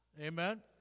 Amen